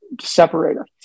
separator